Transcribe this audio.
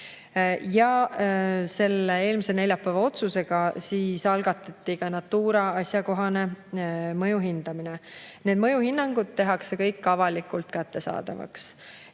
Ja eelmise neljapäeva otsusega algatati ka Natura asjakohane mõju hindamine. Need mõjuhinnangud tehakse kõik avalikult kättesaadavaks.